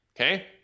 okay